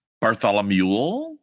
Bartholomew